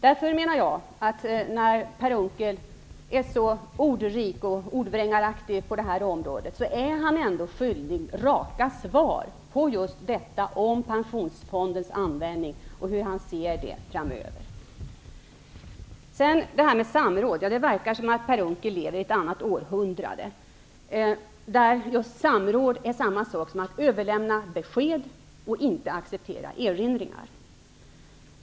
Därför menar jag att Per Unckel, när han är så ordrik och ordvrängaraktig på det här området, ändå är skyldig raka svar på just frågan om pensionsfondens användning och hans syn på på denna framöver. När det gäller samråd verkar det som om Per Unckel levde i ett annat århundrade, där samråd är samma sak som att överlämna besked och inte acceptera erinringar.